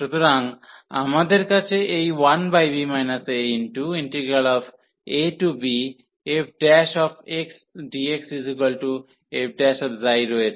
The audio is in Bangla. সুতরাং আমাদের কাছে এই 1b aabfxdxf রয়েছে